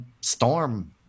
storm